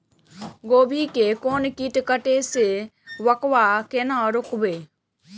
गोभी के कोन कीट कटे छे वकरा केना रोकबे?